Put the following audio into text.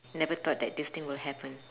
never thought that this thing will happen